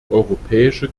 europäische